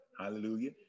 hallelujah